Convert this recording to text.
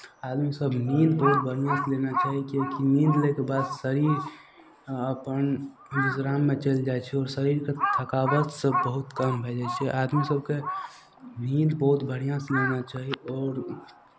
आदमीसभ नीन्द बहुत बढ़िआँसँ लेना चाही क्यूकि नीन्द लै के बाद शरीर अपन विश्राममे चलि जाइ छै शरीरके थकावट से बहुत कम भए जाइ छै आदमी सभकेँ नीन्द बहुत बढ़िआँसँ लेना चाही आओर